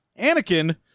Anakin